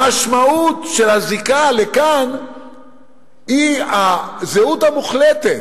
המשמעות של הזיקה לכאן היא הזהות המוחלטת.